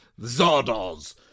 Zardoz